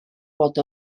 bod